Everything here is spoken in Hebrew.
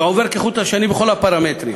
זה עובר כחוט השני בכל הפרמטרים,